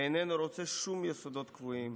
ואיננו רוצה שום יסודות קבועים.